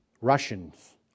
Russians